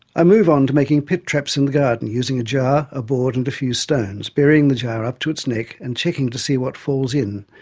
i move on to making pit traps in the garden, using a jar, a board and a few stones, burying the jar to its neck and checking to see what falls in,